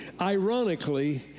ironically